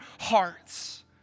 hearts